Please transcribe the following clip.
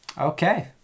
Okay